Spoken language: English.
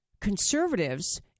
conservatives